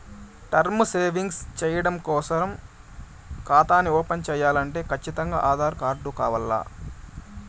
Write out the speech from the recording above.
term savings చెయ్యడం కోసరం కాతాని ఓపన్ చేయాలంటే కచ్చితంగా ఆధార్ కార్డు కావాల్ల